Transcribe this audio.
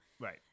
right